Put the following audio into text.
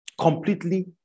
Completely